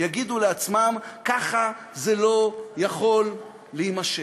יגידו לעצמם: ככה זה לא יכול להימשך.